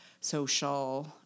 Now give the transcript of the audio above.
social